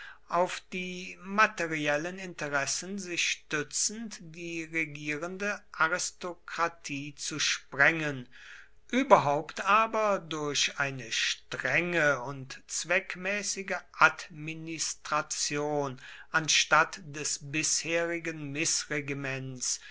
auf die materiellen interessen sich stützend die regierende aristokratie zu sprengen überhaupt aber durch eine strenge und zweckmäßige administration anstatt des bisherigen mißregiments